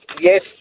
yes